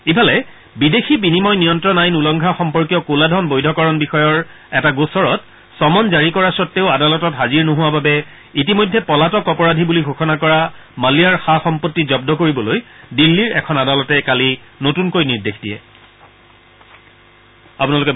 ইফালে বিদেশী বিনিময় নিয়ন্ত্ৰণ আইন উলংঘা সম্পৰ্কীয় কলা ধন বৈধকৰণ বিষয়ৰ এটা গোচৰত চমন জাৰি কৰা সতেও আদালতত হাজিৰ নোহোৱা বাবে ইতিমধ্যে পলাতক অপৰাধী বুলি ঘোষণা কৰা মালিয়াৰ সা সম্পণ্ডি জব্দ কৰিবলৈ দিল্লীৰ এখন আদালতে কালি নতুনকৈ নিৰ্দেশ দিয়ে